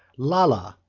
lala,